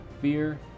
Fear